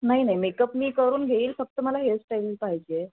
नाही नाही मेकअप मी करून घेईल फक्त मला हेअरस्टाईल पाहिजे